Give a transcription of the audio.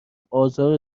آزار